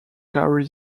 carry